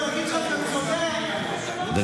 הוא יגיד לך שאתה צודק, אבל